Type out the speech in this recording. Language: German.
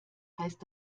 heißt